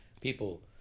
people